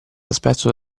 aspetto